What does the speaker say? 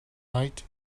night